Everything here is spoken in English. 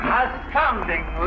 astounding